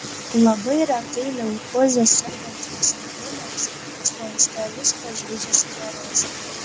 labai retai leukoze sergantiems ligoniams slankstelius pažeidžia sklerozė